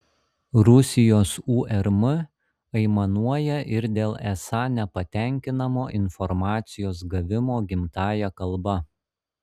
rusijos urm aimanuoja ir dėl esą nepatenkinamo informacijos gavimo gimtąja kalba